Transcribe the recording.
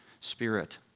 spirit